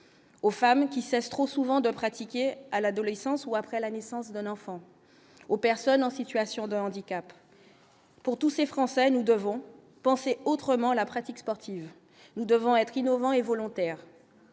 Aux femmes qui sachent trop souvent de pratiquer à l'adolescence ou après la naissance d'un enfant aux personnes en situation de handicap pour tous ces Français, nous devons penser autrement la pratique sportive, nous devons être innovant et volontaire,